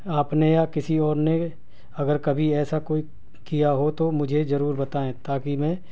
آپ نے یا کسی اور نے اگر کبھی ایسا کوئی کیا ہو تو مجھے ضرور بتائیں تاکہ میں